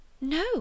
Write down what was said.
No